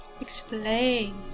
Explain